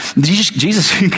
Jesus